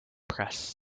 press